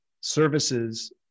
services